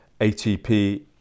ATP